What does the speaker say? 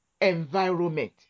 environment